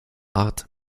art